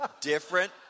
Different